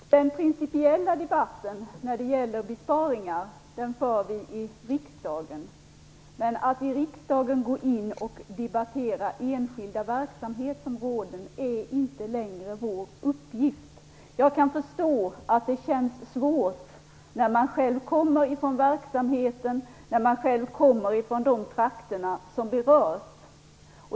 Fru talman! Den principiella debatten om besparingar för vi i riksdagen. Att i riksdagen debattera enskilda verksamhetsområden är inte vår uppgift. Jag kan förstå att det känns svårt när man kommer från de trakter som berörs.